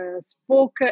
spoke